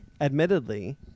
Admittedly